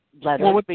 letter